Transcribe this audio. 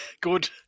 Good